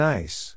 Nice